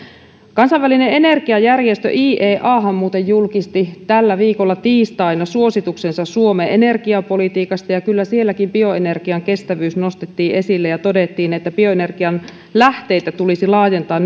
kansainvälinen energiajärjestö ieahan muuten julkisti tällä viikolla tiistaina suosituksensa suomen energiapolitiikasta ja kyllä sielläkin bioenergian kestävyys nostettiin esille ja todettiin että bioenergian lähteitä tulisi laajentaa